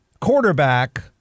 quarterback